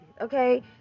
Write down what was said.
okay